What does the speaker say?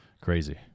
Crazy